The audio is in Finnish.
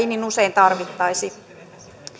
ei niin usein tarvittaisi